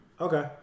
Okay